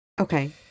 Okay